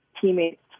teammates